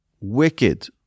wicked